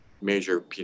Major